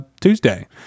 Tuesday